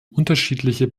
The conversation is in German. unterschiedliche